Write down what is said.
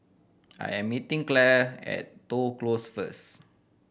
I am meeting Clare at Toh Close first